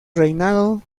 reinado